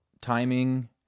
timing